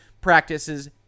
practices